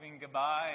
goodbye